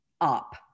up